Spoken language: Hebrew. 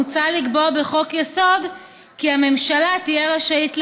מוצע לקבוע בחוק-היסוד כי הממשלה תהיה רשאית להחליט,